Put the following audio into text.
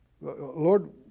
Lord